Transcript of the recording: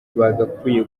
bakwiye